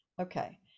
Okay